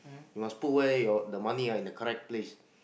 you must put where your the money ah in the correct place